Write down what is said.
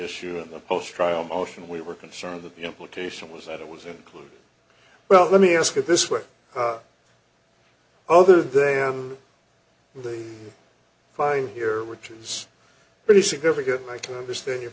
issue in the post trial motion we were concerned that the implication was that it was included well let me ask it this way other than the fine here which is pretty significant i can understand your